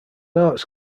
arts